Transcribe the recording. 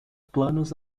planos